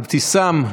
אבתיסאם,